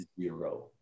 Zero